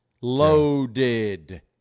Loaded